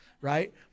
right